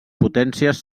potències